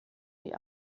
die